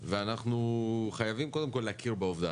ואנחנו חייבים קודם כל להכיר בעובדה